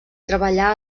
treballà